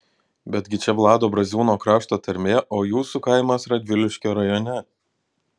betgi čia vlado braziūno krašto tarmė o jūsų kaimas radviliškio rajone